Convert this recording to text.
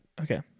okay